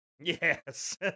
Yes